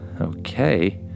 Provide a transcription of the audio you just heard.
okay